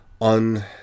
on